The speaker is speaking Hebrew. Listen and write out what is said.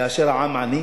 כאשר העם עני?